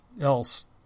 else